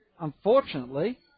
unfortunately